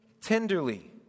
tenderly